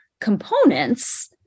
components